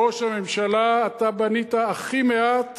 ראש הממשלה, אתה בנית הכי מעט